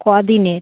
ক দিনের